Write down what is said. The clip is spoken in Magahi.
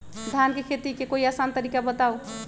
धान के खेती के कोई आसान तरिका बताउ?